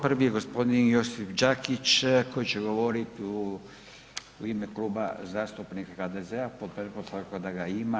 Prvi je gospodin Josip Đakić koji će govoriti u ime Kluba zastupnika HDZ-a, pod pretpostavkom da ga ima.